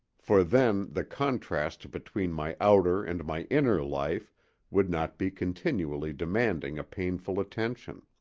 for then the contrast between my outer and my inner life would not be continually demanding a painful attention.